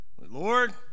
Lord